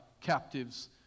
captives